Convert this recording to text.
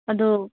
ꯑꯗꯣ